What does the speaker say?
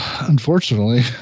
unfortunately